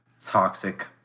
toxic